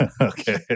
Okay